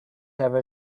ever